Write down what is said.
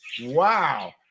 wow